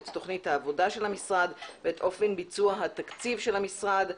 את תוכנית העבודה של המשרד ואת אופן ביצוע התקציב של המשרד.